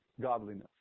Godliness